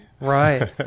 Right